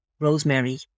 rosemary